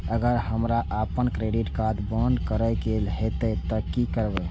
अगर हमरा आपन क्रेडिट कार्ड बंद करै के हेतै त की करबै?